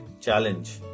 Challenge